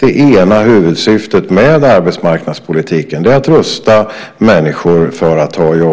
Det ena huvudsyftet med arbetsmarknadspolitiken är att rusta människor för att ha jobb.